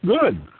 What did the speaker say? good